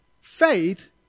Faith